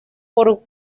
por